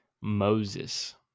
Moses